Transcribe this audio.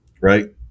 Right